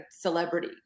celebrity